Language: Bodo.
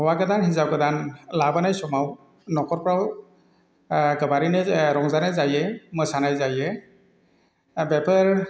हौवा गोदान हिनजाव गोदान लाबोनाय समाव न'खरफ्राव गोबारैनो रंजानाय जायो मोसानाय जायो बेफोर